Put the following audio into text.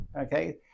okay